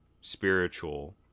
spiritual